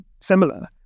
similar